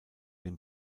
den